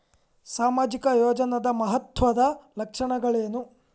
ಸಾಮಾಜಿಕ ಯೋಜನಾದ ಮಹತ್ವದ್ದ ಲಕ್ಷಣಗಳೇನು?